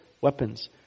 weapons